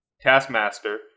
Taskmaster